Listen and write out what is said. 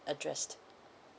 address